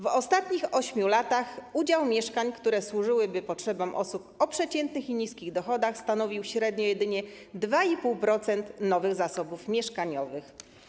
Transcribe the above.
W ostatnich 8 latach udział mieszkań, które służyłyby potrzebom osób o przeciętnych i niskich dochodach, stanowił średnio jedynie 2,5% nowych zasobów mieszkaniowych.